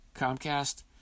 Comcast